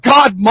God